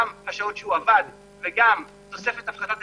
גם השעות שהוא עבד וגם תוספת הפחתת המשרה,